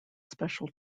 special